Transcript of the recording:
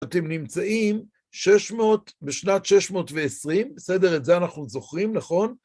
אתם נמצאים בשנת שש מאות ועשרים, בסדר? את זה אנחנו זוכרים, נכון?